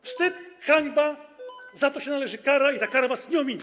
Wstyd, hańba, za to się należy kara i ta kara was nie ominie.